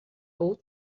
old